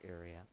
area